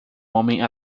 homem